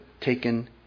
taken